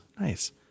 Nice